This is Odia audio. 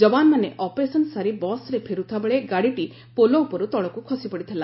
ଯବାନମାନେ ଅପରେସନ୍ ସାରି ବସ୍ରେ ଫେରୁଥିବାବେଳେ ଗାଡ଼ିଟି ପୋଲ୍ ଉପରୁ ତଳକୁ ଖସିପଡ଼ିଥିଲା